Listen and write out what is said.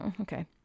okay